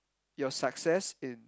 your success in